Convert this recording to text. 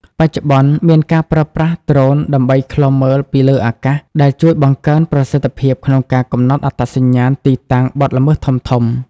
បច្ចុប្បន្ន មានការប្រើប្រាស់ដ្រូនដើម្បីឃ្លាំមើលពីលើអាកាស ដែលជួយបង្កើនប្រសិទ្ធភាពក្នុងការកំណត់អត្តសញ្ញាណទីតាំងបទល្មើសធំៗ។